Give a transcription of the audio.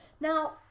Now